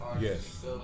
Yes